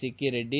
Sikki Reddy